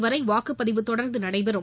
வரை வாக்குப்பதிவு தொடர்ந்து நடைபெறும்